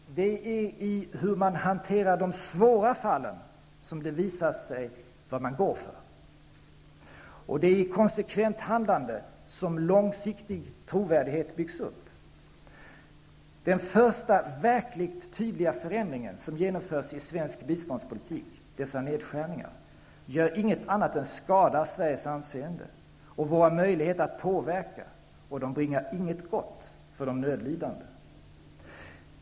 Det är i hur man hanterar de svåra fallen som det visar sig vad man går för. Det är i konsekvent handlande som långsiktig trovärdighet byggs upp. Den första verkligt tydliga förändringen som genomförs i svensk biståndspolitik, dessa nedskärningar, gör inget annat än skadar Sveriges anseende och våra möjligheter att påverka. Nedskärningarna bringar inget gott för de nödlidande.